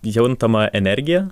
juntama energija